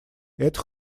это